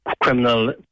criminal